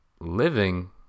living